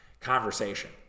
Conversation